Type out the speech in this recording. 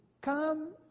Come